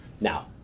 Now